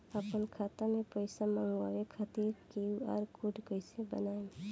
आपन खाता मे पैसा मँगबावे खातिर क्यू.आर कोड कैसे बनाएम?